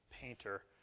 painter